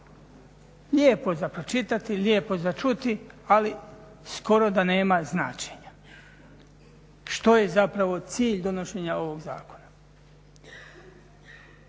Lijepo za pročitati, lijepo za čuti ali skoro da nema značenja. Što je zapravo cilj donošenja ovog zakona?